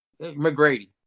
McGrady